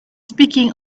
speaking